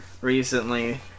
recently